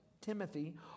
Timothy